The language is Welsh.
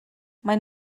maen